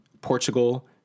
Portugal